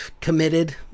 committed